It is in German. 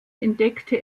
entdeckte